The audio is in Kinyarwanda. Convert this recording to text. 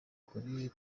kure